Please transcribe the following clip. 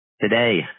today